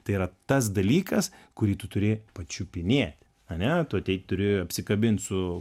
tai yra tas dalykas kurį tu turi pačiupinėt ane tu turi apsikabint su